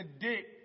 Dick